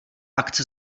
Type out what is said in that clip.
akce